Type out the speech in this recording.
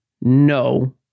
No